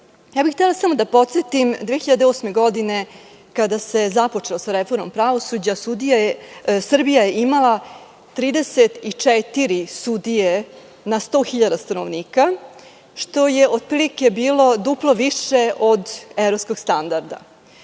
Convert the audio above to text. bih samo da podsetim, 2008. godine, kada se započelo sa reformom pravosuđa, Srbija je imala 34 sudije na 100.000 stanovnika, što je otprilike bilo duplo više od evropskog standarda.